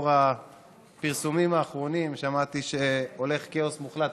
לפי הפרסומים האחרונים, שמעתי שהולך כאוס מוחלט.